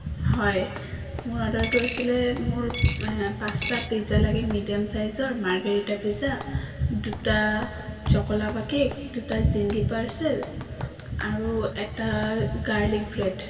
হয় মোৰ অৰ্ডাৰটো আছিলে মোৰ পাঁচটা পিজ্জা লাগে মিডিয়াম চাইজৰ মাৰ্ঘেৰিতা পিজ্জা দুটা চ'ক' লাভা কেক দুটা জিঙ্গী পাৰ্চেল আৰু এটা গাৰ্লিক ব্ৰেড